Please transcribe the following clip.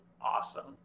awesome